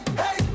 hey